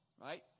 Right